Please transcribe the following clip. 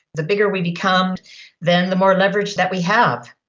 the bigger we become then the more leverage that we have.